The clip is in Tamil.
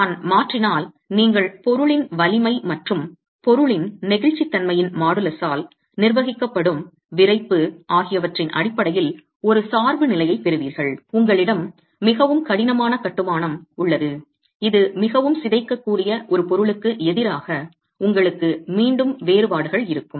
நான் மாற்றினால் நீங்கள் பொருளின் வலிமை மற்றும் பொருளின் நெகிழ்ச்சித்தன்மையின் மாடுலஸால் நிர்வகிக்கப்படும் விறைப்பு ஆகியவற்றின் அடிப்படையில் ஒரு சார்புநிலையைப் பெறுவீர்கள் உங்களிடம் மிகவும் கடினமான கட்டுமானம் உள்ளது இது மிகவும் சிதைக்கக்கூடிய ஒரு பொருளுக்கு எதிராக உங்களுக்கு மீண்டும் வேறுபாடுகள் இருக்கும்